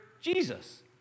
Jesus